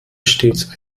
stets